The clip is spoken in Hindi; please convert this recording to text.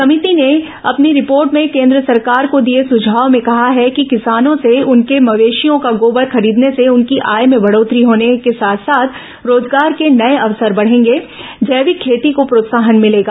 समिति ने अपनी रिपोर्ट में केन्द्र सरकार को दिए सुझाव में कहा है कि किसानों से उनके मवेशियों का गोबर खरीदने से उनकी आय में बढ़ोत्तरी होने के साथ साथ रोजगार के नये अवसर बढ़ेगे जैविक खेती को प्रोत्साहन मिलेगा